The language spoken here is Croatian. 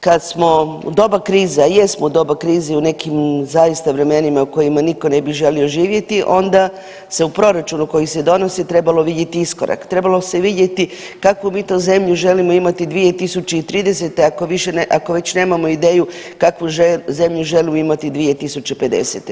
Kad smo u doba kriza, a jesmo u doba kriza i u nekim zaista vremenima u kojima niko ne bi želio živjeti onda se u proračunu koji se donosi trebalo vidjeti iskorak, trebalo se vidjeti kakvu mi to zemlju želimo imati 2030. ako već nemamo ideju kakvu zemlju želimo imati 2050.